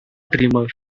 dreamer